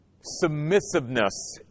submissiveness